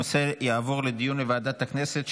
הנושא יעבור לדיון לוועדת הכנסת,